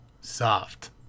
soft